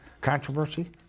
controversy